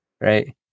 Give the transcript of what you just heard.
right